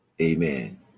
Amen